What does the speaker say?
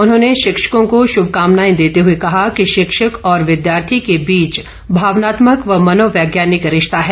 उन्होंने शिक्षकों को श्भकामनाए देते हुए कहा कि शिक्षक और विद्यार्थी के बीच भावनात्मक और मनोवैज्ञानिक रिश्ता है